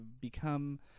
become